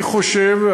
אני חושב,